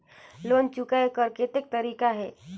Loan चुकाय कर कतेक तरीका है?